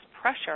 pressure